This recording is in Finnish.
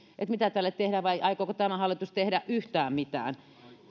mitä tälle tehdään vai aikooko tämä hallitus tehdä yhtään mitään